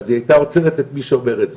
אז היא הייתה עוצרת את מי שאומר את זה,